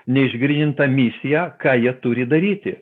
neišgryninta misija ką jie turi daryti